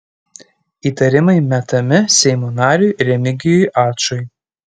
įtarimai metami seimo nariui remigijui ačui